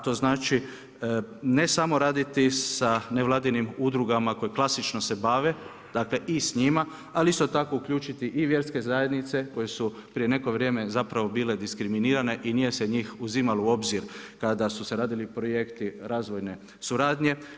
To znači ne samo raditi sa nevladinim udrugama koji klasično se bave i s njima, ali isto tako uključiti i vjerske zajednice, koje su prije neko vrijem zapravo bile diskriminirane i nije se njih uzimalo u obzir, kada su se radili projekti razvojne suradnje.